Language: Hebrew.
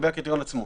הקריטריון עצמו.